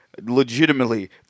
legitimately